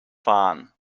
fahren